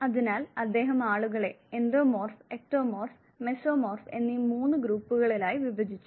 അതിനാൽ അദ്ദേഹം ആളുകളെ എൻഡോമോർഫ് എക്ടോമോർഫ് മെസോമോർഫ് എന്നീ മൂന്ന് ഗ്രൂപ്പുകളായി വിഭജിച്ചു